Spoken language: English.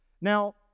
Now